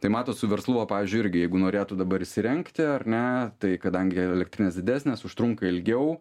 tai matot su verslu va pavyzdžiui irgi jeigu norėtų dabar įsirengti ar ne tai kadangi elektrinės didesnės užtrunka ilgiau